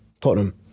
Tottenham